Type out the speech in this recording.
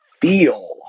feel